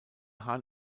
hahn